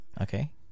okay